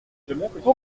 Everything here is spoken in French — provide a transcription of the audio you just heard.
pourquoi